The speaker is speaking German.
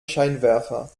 scheinwerfer